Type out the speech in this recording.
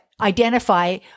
identify